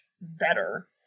better